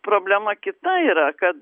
problema kita yra kad